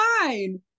fine